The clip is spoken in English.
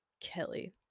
Kelly